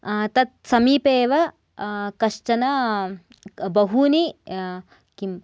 तत् समीपे एव कश्चन बहुनि किं